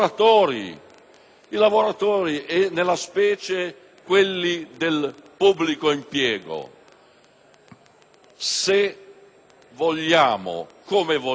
i lavoratori, specialmente quelli del pubblico impiego. Se vogliamo - come vogliamo